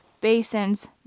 basins